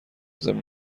ضمن